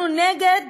אנחנו נגד